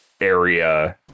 area